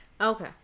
Okay